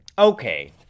Okay